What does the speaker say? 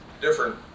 different